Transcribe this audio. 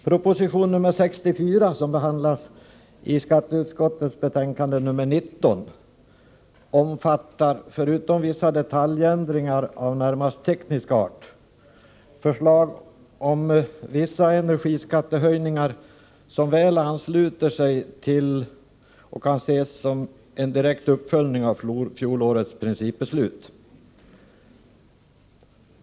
Proposition nr 64 — denna proposition behandlas alltså i skatteutskottets betänkande nr 19, som vi nu diskuterar — omfattar, förutom vissa förslag till detaljändringar av närmast teknisk art, även förslag till vissa energiskattehöjningar som väl ansluter sig till och som kan ses som en direkt uppföljning av fjolårets principbeslut.